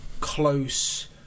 Close